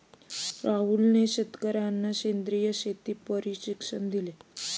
राहुलने शेतकर्यांना सेंद्रिय शेतीचे प्रशिक्षण दिले